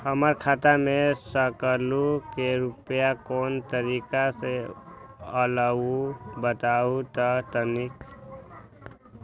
हमर खाता में सकलू से रूपया कोन तारीक के अलऊह बताहु त तनिक?